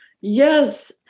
yes